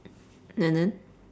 and then